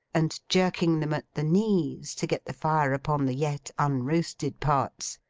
and jerking them at the knees to get the fire upon the yet unroasted parts,